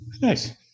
nice